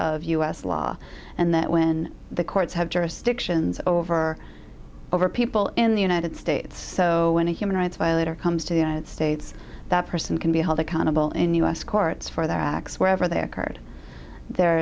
of u s law and that when the courts have jurisdictions over over people in the united states so when a human rights violator comes to the united states that person can be held accountable in u s courts for their acts wherever they occurred there